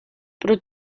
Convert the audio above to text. pro